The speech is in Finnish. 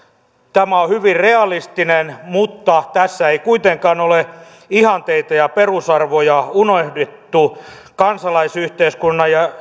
tämä on hyvin realistinen mutta tässä ei kuitenkaan ole ihanteita ja perusarvoja unohdettu kansalaisyhteiskunnan ja